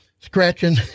scratching